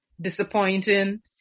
disappointing